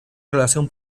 relación